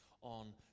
on